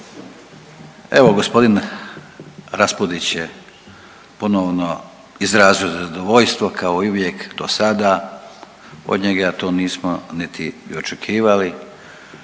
evo gospodin Raspudić je ponovno izrazio zadovoljstvo kao i uvijek dosada od njega to nismo niti očekivali,